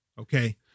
Okay